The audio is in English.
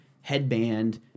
headband